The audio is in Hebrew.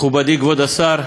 מכובדי כבוד השר,